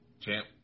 champ